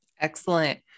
Excellent